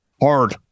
hard